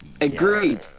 Agreed